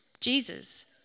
Jesus